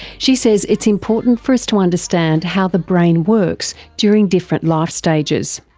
she says it's important for us to understand how the brain works during different life stages.